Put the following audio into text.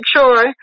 sure